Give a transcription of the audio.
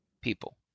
people